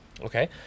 okay